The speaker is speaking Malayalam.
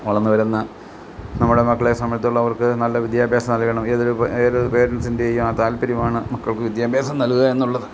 വളർന്നു വരുന്ന നമ്മുടെ മക്കളെ സംമ്പന്ധിച്ചെടുത്തോളം അവർക്ക് നല്ല വിദ്യാഭ്യാസം നൽകണം ഏതൊരു ഏതൊരു പേരൻസിൻ്റേയും ആ താല്പര്യമാണ് മക്കൾക്ക് വിദ്യാഭ്യാസം നല്കുക എന്നുള്ളത്